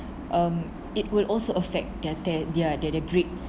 um it will also affect their their their their their grades